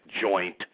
joint